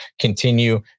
continue